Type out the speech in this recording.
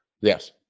Yes